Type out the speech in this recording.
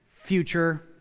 future